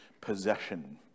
possession